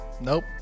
nope